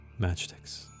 matchsticks